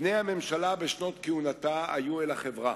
פני הממשלה בשנות כהונתה היו אל החברה.